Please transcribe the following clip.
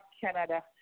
Canada